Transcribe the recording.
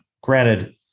Granted